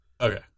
Okay